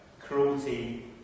cruelty